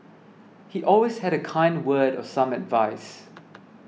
he always had a kind word or some advice